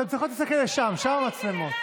אתן צריכות להסתכל לשם, שם המצלמות.